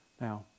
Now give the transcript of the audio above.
Now